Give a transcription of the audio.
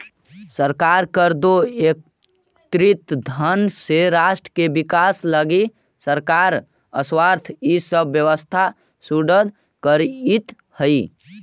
सरकार कर दो एकत्रित धन से राष्ट्र के विकास लगी सड़क स्वास्थ्य इ सब व्यवस्था सुदृढ़ करीइत हई